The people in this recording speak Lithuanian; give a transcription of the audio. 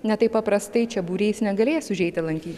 ne taip paprastai čia būriais negalės užeiti lankyti